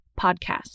podcast